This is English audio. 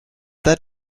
that